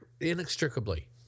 inextricably